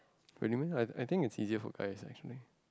really meh I I think it's easier for guys lah actually